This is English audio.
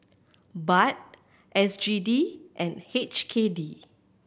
Baht S G D and H K D